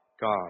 God